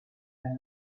las